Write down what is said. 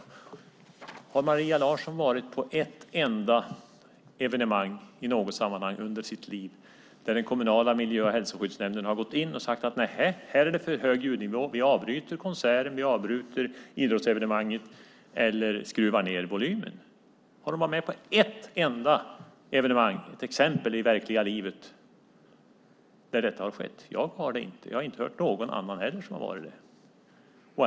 Jag undrar om Maria Larsson har varit på ett enda evenemang under sitt liv där den kommunala miljö och hälsoskyddsnämnden har gått in och sagt: Här är det för hög ljudnivå. Vi avbryter konserten. Vi avbryter idrottsevenemanget eller skruvar ned volymen. Har hon varit på ett enda evenemang där detta har skett? Har hon ett exempel från det verkliga livet? Jag har inte det. Jag har inte heller hört någon annan som har varit med om det.